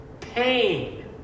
pain